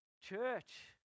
church